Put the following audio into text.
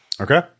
okay